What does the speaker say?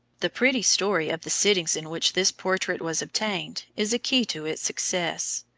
the pretty story of the sittings in which this portrait was obtained, is a key to its success.